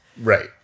Right